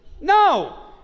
No